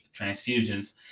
transfusions